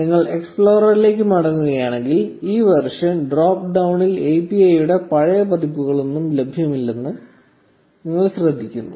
നിങ്ങൾ എക്സ്പ്ലോറർ ലേക്ക് മടങ്ങുകയാണെങ്കിൽ ഇ വേർഷൻ ഡ്രോപ്പ് ഡൌണിൽ API യുടെ പഴയ പതിപ്പുകളൊന്നും ലഭ്യമല്ലെന്ന് നിങ്ങൾ ശ്രദ്ധിക്കുന്നു